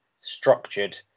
structured